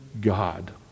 God